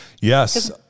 Yes